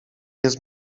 jest